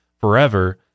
forever